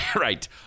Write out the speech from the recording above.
Right